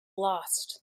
lost